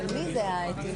תן דוגמה